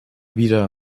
wieder